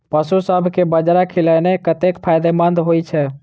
पशुसभ केँ बाजरा खिलानै कतेक फायदेमंद होइ छै?